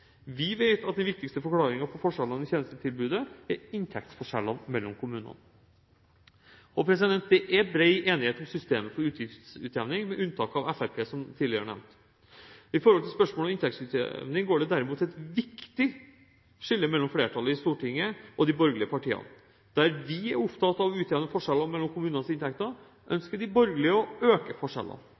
Vi vet at den viktigste forklaringen på forskjellene i tjenestetilbudet er inntektsforskjellene mellom kommunene. Det er bred enighet om systemet for utgiftsutjevning, med unntak av Fremskrittspartiet – som tidligere nevnt. I spørsmålet om inntektsutjevningen går det derimot et viktig skille mellom flertallet i Stortinget og de borgerlige partiene. Der vi er opptatt av å utjevne forskjeller mellom kommunenes inntekter, ønsker de borgerlige å øke forskjellene.